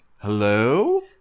hello